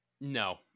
No